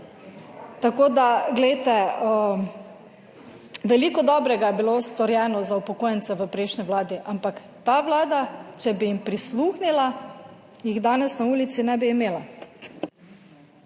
Tako da glejte, veliko dobrega je bilo storjeno za upokojence v prejšnji vladi, ampak ta vlada, če bi jim prisluhnila, jih danes na ulici ne bi imela.